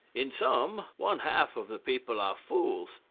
in some one-half of the people are fools,